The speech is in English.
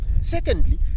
Secondly